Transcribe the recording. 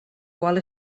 qual